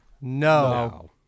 No